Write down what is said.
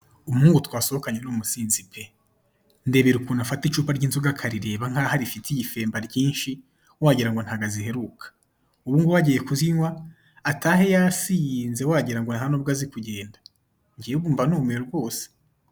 Umuhungu twasohokanye ni umusinzi pe! Ndebera ukuntu afata icupa ry'inzoga akarireba nkaho arifiriye ifemba ryinshi wagira ngo ntabwo aziheruka. Ubu nibura agiye kuzinywa atahe yasinze wagira ngo nta nubwo azi kugenda. Ngwe ubu mbanumiwe rwose!